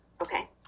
Okay